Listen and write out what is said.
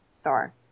star